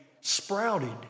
sprouted